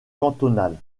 cantonales